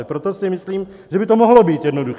Proto si myslím, že by to mohlo být jednoduché.